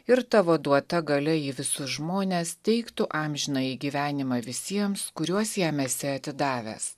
ir tavo duota galia į visus žmones teiktų amžinąjį gyvenimą visiems kuriuos jam esi atidavęs